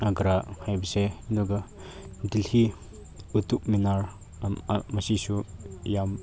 ꯑꯒ꯭ꯔꯥ ꯍꯥꯏꯕꯁꯦ ꯑꯗꯨꯒ ꯗꯤꯜꯍꯤ ꯀꯨꯇꯨꯕ ꯃꯤꯅꯥꯔ ꯃꯁꯤꯁꯨ ꯌꯥꯝ